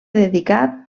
dedicat